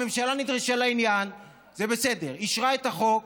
הממשלה נדרשה לעניין, זה בסדר, אישרה את החוק.